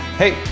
Hey